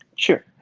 sure.